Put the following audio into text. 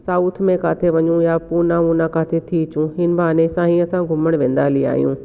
south में किते वञूं या पुणे वुना किते थी अचूं हिन बहाने सां ई असां घुमणु वेंदा आहियूं